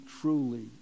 truly